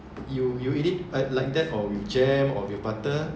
you you eat it like that like that or with jam or with butter